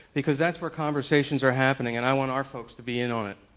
because that's where conversations are happening and i want our folks to be in on it.